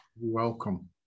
welcome